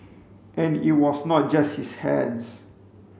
and it was not just his hands